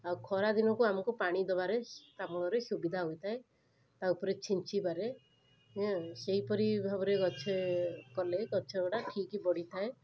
ଆଉ ଖରାଦିନକୁ ଆମକୁ ପାଣି ଦବାରେ ତା ମୂଳରେ ସୁବିଧା ହୋଇଥାଏ ତାଉପରେ ଛିଞ୍ଚିବାରେ ହ ସେହିପରି ଭାବରେ ଗଛ କଲେ ଗଛଗୁଡ଼ା ଠିକ୍ ବଢ଼ିଥାଏ